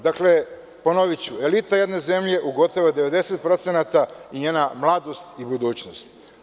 Dakle, ponoviću, elita jedne zemlje u gotovo 90% i njena mladost i budućnost.